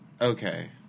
Okay